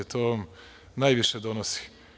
To vam najviše donosi.